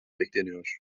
bekleniyor